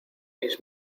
mis